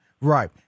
Right